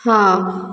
ହଁ